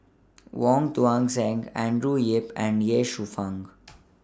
Wong Tuang Seng Andrew Yip and Ye Shufang